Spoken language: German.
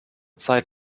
zeit